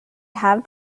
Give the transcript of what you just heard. have